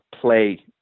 play